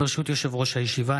ברשות יושב-ראש הישיבה,